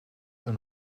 een